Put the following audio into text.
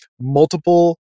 multiple